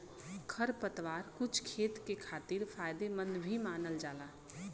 खरपतवार कुछ खेत के खातिर फायदेमंद भी मानल जाला